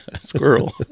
Squirrel